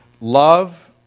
love